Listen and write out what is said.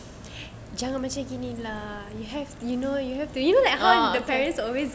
jangan macam gini lah you have you know you have to you know how the parents always